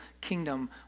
kingdom